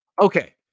Okay